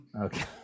okay